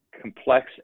complex